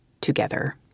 together